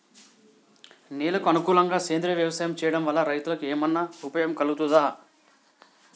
నేలకు అనుకూలంగా సేంద్రీయ వ్యవసాయం చేయడం వల్ల రైతులకు ఏమన్నా ఉపయోగం కలుగుతదా?